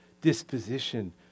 disposition